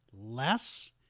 less